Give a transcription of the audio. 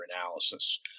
analysis